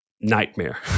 Nightmare